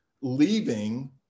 leaving